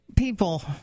people